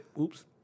Oops